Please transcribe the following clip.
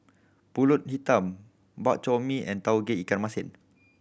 Pulut Hitam Bak Chor Mee and Tauge Ikan Masin